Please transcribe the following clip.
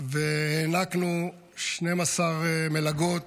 והענקנו 12 מלגות